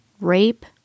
rape